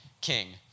king